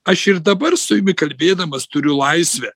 aš ir dabar su jumi kalbėdamas turiu laisvę